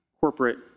corporate